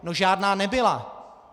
No žádná nebyla.